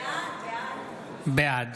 בעד